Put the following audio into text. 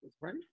right